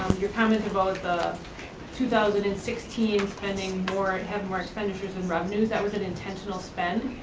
your comment about the two thousand and sixteen spending more, having more expenditures and revenues, that was an intentional spend.